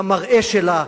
למראה שלה,